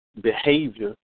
behavior